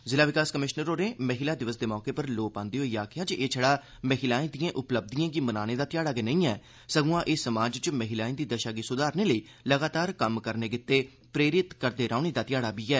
जिला विकास कमिशनर होरें महिला दिवस दे महत्व उप्पर लोऽ पांदे होई आखेआ जे एह् छड़ा महिलाए दिए उपलब्धिए गी मनाने दा ध्याड़ा गै नेई ऐ सगुआं एह समाज च महिलाए दी दशा गी सुधारने लेई लगातार कम्म करदे रौहने गितै प्रेरित करदे रौहने दा ध्याड़ा बी ऐ